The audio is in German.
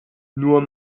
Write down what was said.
nur